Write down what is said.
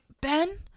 Ben